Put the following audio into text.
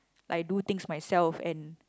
I do things myself and